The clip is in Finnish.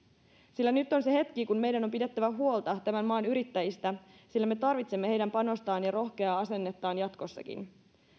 sillä nyt on se hetki kun meidän on pidettävä huolta tämän maan yrittäjistä sillä me tarvitsemme heidän panostaan ja rohkeaa asennettaan jatkossakin